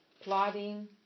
plotting